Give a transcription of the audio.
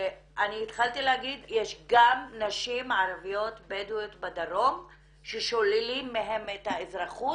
התחלתי להגיד שיש גם נשים ערביות בדואיות בדרום ששוללים מהן את האזרחות